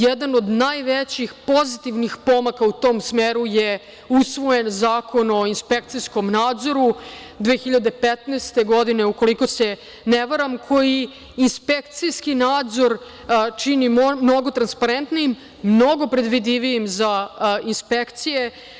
Jedan od najvećih pozitivnih pomaka u tom smeru je usvojen Zakon o inspekcijskom nadzoru 2015. godine, ukoliko se ne varam, koji inspekcijski nadzor čini mnogo transparentnijim, mnogo predvidljivijim za inspekcije.